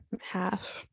half